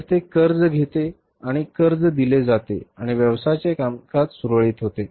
तर ते कर्ज घेते आणि कर्ज दिले जाते आणि व्यवसायाचे कामकाज सुरळीत होते